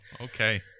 okay